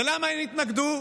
ולמה הן התנגדו?